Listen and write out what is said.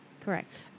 Correct